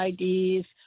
IDs